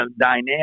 dynamic